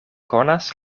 konas